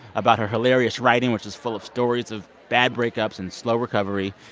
about her hilarious writing, which is full of stories of bad breakups and slow recovery.